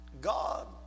God